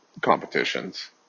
competitions